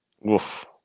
Woof